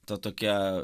ta tokia